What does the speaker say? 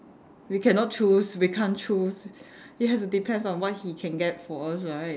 we cannot choose we can't choose it has to depends on what he can get for us right